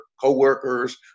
coworkers